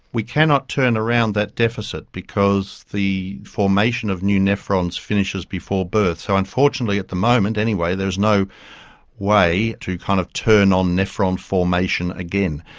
we cannot turn around that deficit because the formation of new nephrons finishes before birth, so unfortunately at the moment anyway there is no way to kind of turn on nephron formation again.